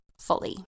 fully